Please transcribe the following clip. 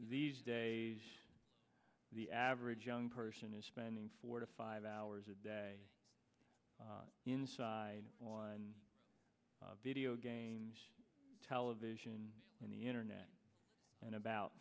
these days the average young person is spending four to five hours a day inside on video games television on the internet and about